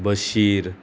Bashir